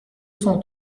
cent